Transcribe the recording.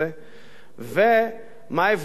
ומה הביאנו עד הלום?